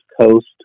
Coast